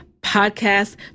podcast